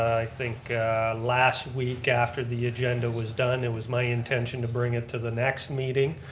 i think last week after the agenda was done, it was my intention to bring it to the next meeting.